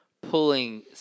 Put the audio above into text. pulling